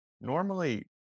normally